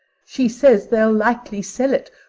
she says they'll likely sell it,